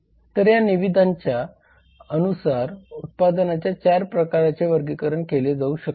तर या निविदांच्या अनुसार उत्पादनांचे 4 प्रकारात वर्गीकरण केले जाऊ शकते